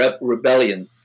rebellion